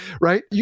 right